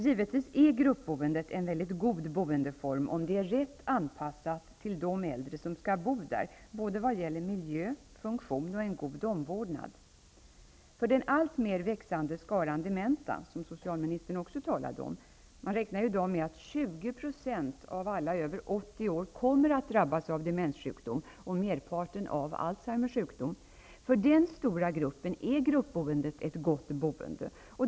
Givetvis är gruppboendet en mycket god boendeform om det är rätt anpassat till de äldre som skall bo där när det gäller miljö, funktion och en god omvårdnad. För den alltmer växande skaran dementa, som socialministern också talade om -- man räknar i dag med att 20 % av alla över 80 år kommer att drabbas av demenssjukdom, och merparten av Alzheimers sjukdom -- är gruppboendet ett gott boende.